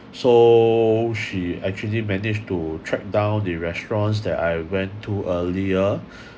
so she actually managed to track down the restaurants that I went to earlier